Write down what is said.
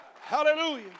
Hallelujah